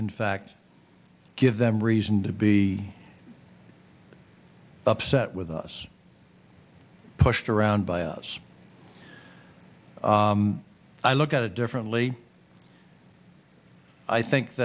in fact give them reason to be upset with us pushed around by us i look at it differently i think